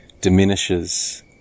diminishes